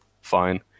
fine